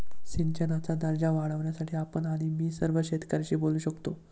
सिंचनाचा दर्जा वाढवण्यासाठी आपण आणि मी सर्व शेतकऱ्यांशी बोलू शकतो